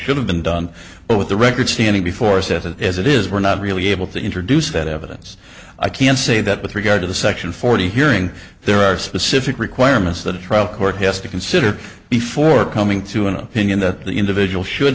should have been done but with the record see any before says it as it is not really able to introduce that evidence i can say that with regard to the section forty hearing there are specific requirements that a trial court has to consider before coming to an opinion that the individual should